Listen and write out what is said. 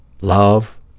love